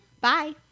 Bye